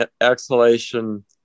exhalation